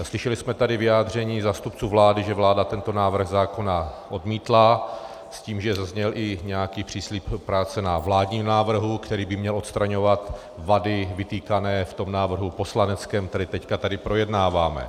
A slyšeli jsme tady vyjádření zástupců vlády, že vláda tento návrh zákona odmítla s tím, že zazněl i nějaký příslib od práce na vládním návrhu, který by měl odstraňovat vady vytýkané v tom návrhu poslaneckém, který tady teď projednáváme.